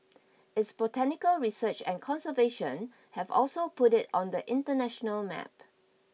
its botanical research and conservation have also put it on the international map